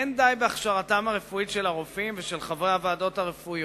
אין די בהכשרתם הרפואית של הרופאים ושל חברי הוועדות הרפואיות,